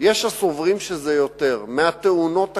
יש הסוברים שזה יותר, מהתאונות הקטלניות,